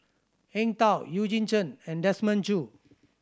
Eng Tow Eugene Chen and Desmond Choo